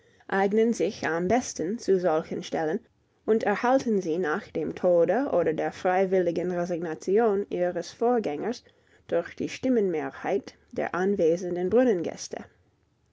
eignen sich am besten zu solchen stellen und erhalten sie nach dem tode oder der freiwilligen resignation ihres vorgängers durch die stimmenmehrheit der anwesenden